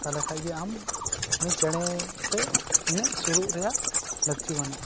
ᱛᱟᱦᱚᱞᱮ ᱠᱷᱟᱱ ᱜᱮ ᱟᱢ ᱩᱱᱤ ᱪᱮᱬᱮ ᱴᱷᱮᱱ ᱤᱱᱟᱹᱜ ᱥᱩᱨᱩᱜ ᱨᱮᱭᱟᱜ ᱞᱟᱹᱠᱛᱤ ᱵᱟᱹᱱᱩᱜᱼᱟ